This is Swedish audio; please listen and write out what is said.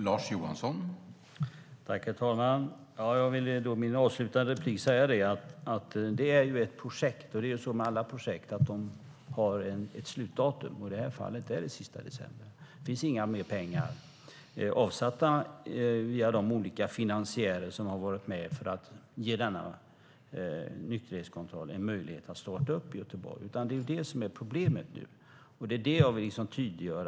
Herr talman! Alla projekt har ett slutdatum. I det här fallet är det den 31 december. Det finns inga mer pengar avsatta hos de olika finansiärer som gav denna nykterhetskontroll en möjlighet att starta i Göteborg. Det är problemet, och det vill jag tydliggöra.